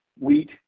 wheat